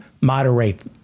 moderate